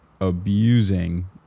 abusing